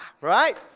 right